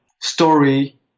story